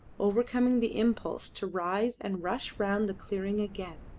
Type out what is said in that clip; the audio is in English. overcoming the impulse to rise and rush round the clearing again.